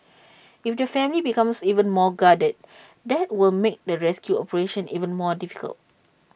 if the family becomes even more guarded that will make the rescue operation even more difficult